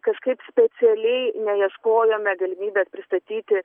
kažkaip specialiai neieškojome galimybės pristatyti